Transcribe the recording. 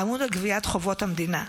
האמון על גביית חובות המדינה.